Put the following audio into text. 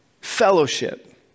fellowship